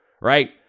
right